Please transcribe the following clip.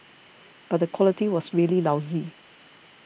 but the quality was really lousy